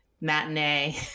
matinee